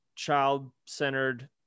child-centered